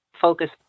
focus